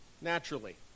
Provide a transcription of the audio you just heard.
naturally